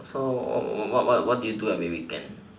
so what what what did you do every weekend